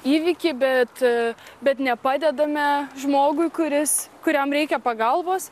įvykį bet bet nepadedame žmogui kuris kuriam reikia pagalbos